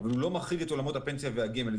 אבל הוא לא מחריג את עולמות הפנסיה והגמל.